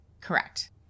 Correct